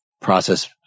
process